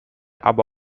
aber